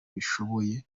bishoboye